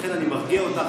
לכן אני מרגיע אותך,